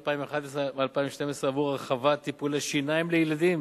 2012-2011 בעבור הרחבת טיפולי שיניים לילדים